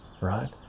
right